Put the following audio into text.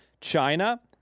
China